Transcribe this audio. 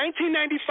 1995